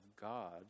God